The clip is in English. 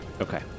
Okay